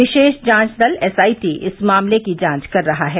विशेष जांच दल एसआईटी इस मामले की जांच कर रहा है